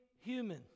human